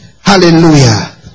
Hallelujah